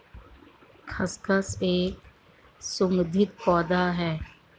खसखस एक सुगंधित पौधा है